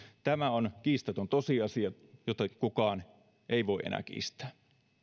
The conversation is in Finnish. tämä on kiistaton tosiasia jota kukaan ei voi enää kiistää